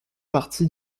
partie